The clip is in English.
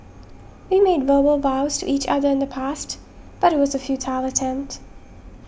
we made verbal vows to each other in the past but it was a futile attempt